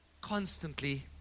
constantly